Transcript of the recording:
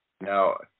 Now